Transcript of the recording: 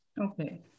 Okay